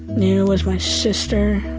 neither was my sister,